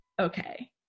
okay